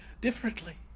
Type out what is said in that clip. differently